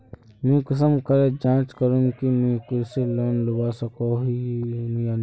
मुई कुंसम करे जाँच करूम की मुई कृषि लोन लुबा सकोहो ही या नी?